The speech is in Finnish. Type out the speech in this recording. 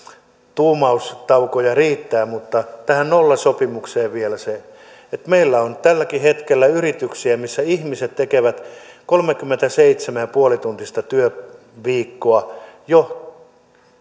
tuumaustaukoja riittää mutta tähän nollasopimukseen vielä se että kun meillä on tälläkin hetkellä yrityksiä missä ihmiset tekevät kolmekymmentäseitsemän pilkku viisi tuntista työviikkoa jo